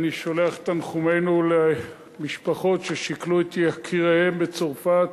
אני שולח תנחומינו למשפחות ששכלו את יקיריהן בצרפת,